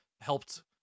helped